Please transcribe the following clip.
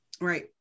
Right